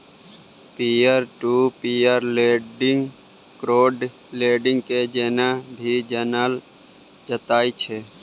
peer to peer lending crowd lending के जेना भी जानल जाइत छै